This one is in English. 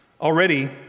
Already